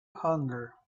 hunger